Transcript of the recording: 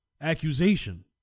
accusation